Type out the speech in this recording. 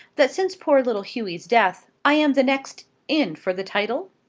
that since poor little hughy's death, i am the next in for the title?